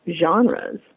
genres